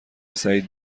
سعید